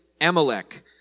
Amalek